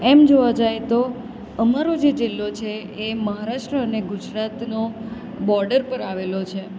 એમ જોવા જઈએ તો અમારો જે જિલ્લો છે એ મહારાષ્ટ્ર અને ગુજરાતનો બોર્ડર પર આવેલો છે